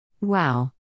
Wow